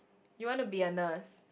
you want to be a nurse